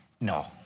No